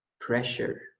pressure